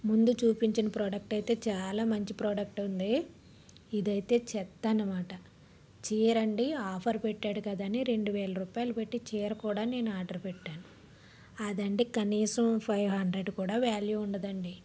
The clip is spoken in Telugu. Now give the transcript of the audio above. ముందు చూపించిన ప్రోడక్ట్ అయితే చాలా మంచి ప్రోడక్ట్ ఉంది ఇది అయితే చెత్త అన్నమాట చీర అండి ఆఫర్ పెట్టాడు కదా అని రెండువేలు రూపాయలు పెట్టి చీర కూడా నేను ఆర్డర్ పెట్టాను అదండి కనీసం ఫైవ్ హండ్రెడ్ కూడా వ్యాల్యూ ఉండదు అండి